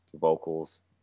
vocals